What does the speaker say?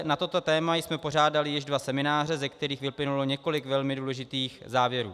Na toto téma jsme pořádali již dva semináře, ze kterých vyplynulo několik velmi důležitých závěrů.